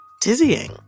dizzying